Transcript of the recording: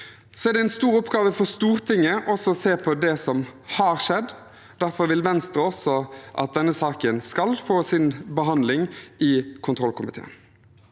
Det er en stor oppgave for Stortinget å se på det som har skjedd. Derfor vil Venstre også at denne saken skal få sin behandling i kontroll-